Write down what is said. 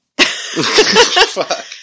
Fuck